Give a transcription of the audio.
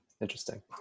Interesting